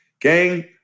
Gang